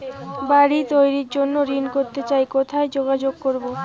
বাড়ি তৈরির জন্য ঋণ করতে চাই কোথায় যোগাযোগ করবো?